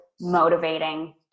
motivating